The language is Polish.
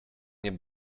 nie